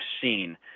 seen